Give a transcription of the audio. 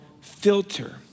filter